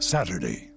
Saturday